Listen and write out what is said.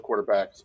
quarterbacks